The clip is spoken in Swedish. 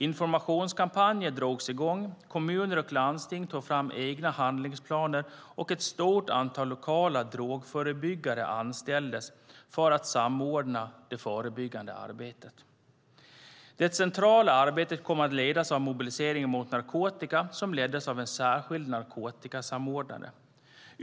Informationskampanjer drogs i gång, kommuner och landsting tog fram egna handlingsplaner och ett stort antal lokala drogförebyggare anställdes för att samordna det förebyggande arbetet. Det centrala arbetet kom att ledas av Mobilisering mot narkotika, som leddes av en särskild narkotikasamordnare.